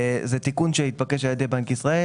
יש עוד תיקונים שאמורים להתווסף במסגרת המשולש הזה.